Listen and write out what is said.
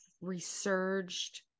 resurged